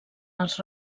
els